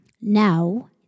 Now